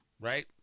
right